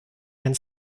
and